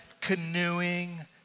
canoeing